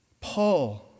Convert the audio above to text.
Paul